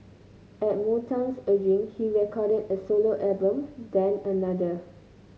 at Motown's urging he recorded a solo album then another